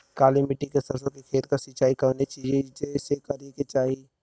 काली मिट्टी के सरसों के खेत क सिंचाई कवने चीज़से करेके चाही?